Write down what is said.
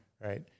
right